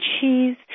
cheese